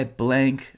blank